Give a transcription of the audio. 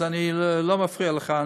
אז אני לא מפריע לך.